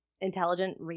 intelligent